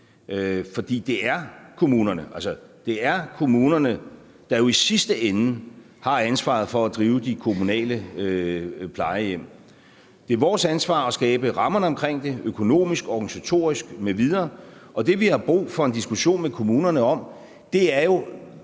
For det er jo kommunerne, der i sidste ende har ansvaret for at drive de kommunale plejehjem. Det er vores ansvar at skabe rammerne om det økonomisk, organisatorisk m.v. Det, som vi har brug for en diskussion med kommunerne om, er jo,